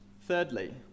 Thirdly